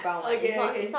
okay okay